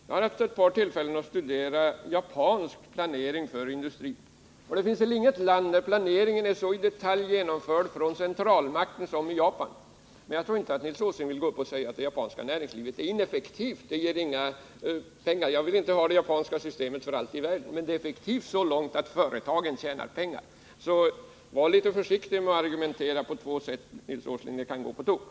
Jag har vid ett par tillfällen studerat japansk planering av industrin. Det finns väl inget land där planeringen är så i detalj genomförd från centralmakten som i Japan. Men jag tror inte att Nils Åsling vill påstå att det japanska näringslivet är ineffektivt och inte ger några pengar. Jag vill inte för allt i världen ha det japanska systemet, men det är effektivt så långt att företagen tjänar pengar. Så var litet försiktig med att argumentera på två sätt, Nils Åsling. Det kan gå på tok.